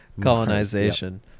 colonization